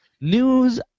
news